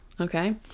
okay